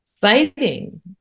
fighting